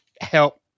help